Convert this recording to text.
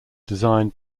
designed